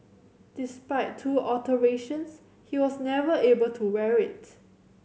despite two alterations he was never able to wear it